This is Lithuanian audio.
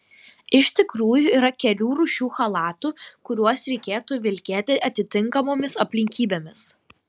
iš tikrųjų yra kelių rūšių chalatų kuriuos reikėtų vilkėti atitinkamomis aplinkybėmis